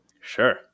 Sure